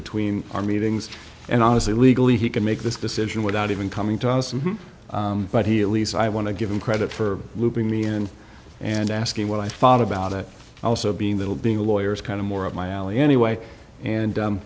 between our meetings and honestly legally he could make this decision without even coming to us and but he at least i want to give him credit for looping me in and asking what i thought about it also being little being a lawyer is kind of more up my alley anyway and